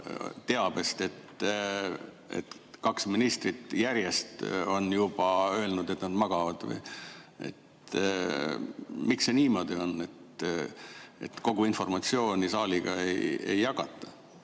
teabest, et kaks ministrit järjest on juba öelnud, et nad magavad. Miks see niimoodi on, et kogu informatsiooni saaliga ei jagata?